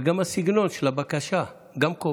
גם הסגנון של הבקשה קובע.